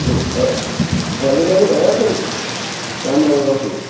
तो एबलेबल है फिर या टाइम लगेगा उसमें